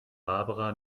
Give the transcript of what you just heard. barbara